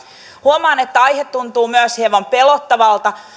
huomaan että aihe tuntuu myös hieman pelottavalta